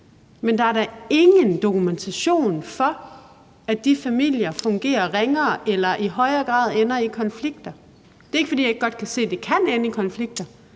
Men der er da ingen dokumentation for, at disse familier fungerer ringere eller i højere grad ender i konflikter. Det er ikke, fordi jeg ikke kan se, at de godt kan ende i konflikter,